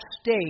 state